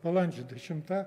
balandžio dešimta